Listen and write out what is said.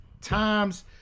times